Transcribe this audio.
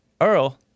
Earl